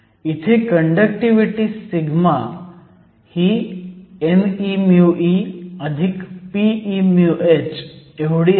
इथे कंडक्टिव्हिटी σ ही n e μe p e μh आहे